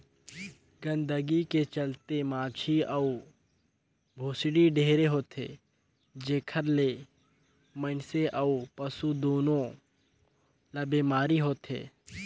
गंदगी के चलते माछी अउ भुसड़ी ढेरे होथे, जेखर ले मइनसे अउ पसु दूनों ल बेमारी होथे